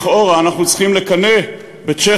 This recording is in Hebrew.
לכאורה אנחנו צריכים לקנא בצ'כיה,